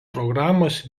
programos